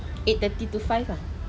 eight thirty to five lah